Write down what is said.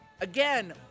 again